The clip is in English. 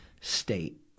state